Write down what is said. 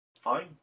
fine